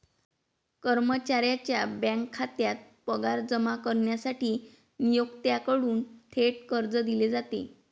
कर्मचाऱ्याच्या बँक खात्यात पगार जमा करण्यासाठी नियोक्त्याकडून थेट कर्ज दिले जाते